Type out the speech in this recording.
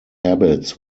habits